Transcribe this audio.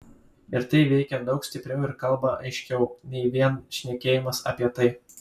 ir tai veikia daug stipriau ir kalba aiškiau nei vien šnekėjimas apie tai